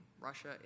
Russia